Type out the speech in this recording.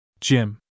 Jim